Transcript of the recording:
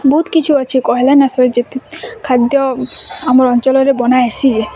ବୋହୁତ୍ କିଛୁ ଅଛି କହିଲେ ନାଇଁ ସରେ ଜେତେ ଖାଦ୍ୟ ଆମର୍ ଅଞ୍ଚଲରେ ବନାହେସି ଯେ